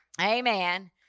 Amen